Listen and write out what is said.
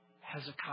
Hezekiah